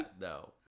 no